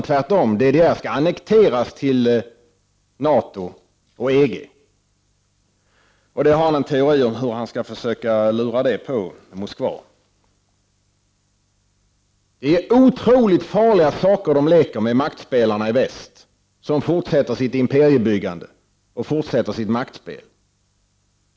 Tvärtom skall DDR annekteras till NATO och EG. Han har en teori om hur han skall kunna lura på Moskva detta. Maktspelarna i väst leker med otroligt farliga saker, när de fortsätter sitt imperiebyggande och sitt makt — Prot. 1989/90:45 spel.